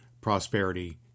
prosperity